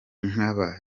nk’aba